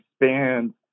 expand